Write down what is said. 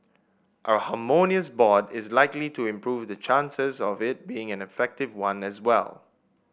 a harmonious board is likely to improve the chances of it being an effective one as well